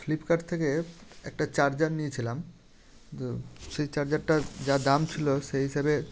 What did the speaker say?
Flipkart থেকে একটা charger নিয়েছিলাম যে সেই চার্জারটার যা দাম ছিলো সেই হিসাবে